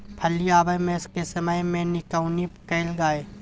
फली आबय के समय मे भी निकौनी कैल गाय?